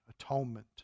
atonement